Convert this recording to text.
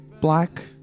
black